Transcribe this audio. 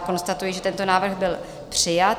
Konstatuji, že tento návrh byl přijat.